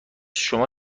شما